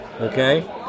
Okay